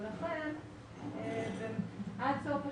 לכן עד סוף השנה,